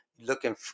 looking